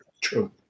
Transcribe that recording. true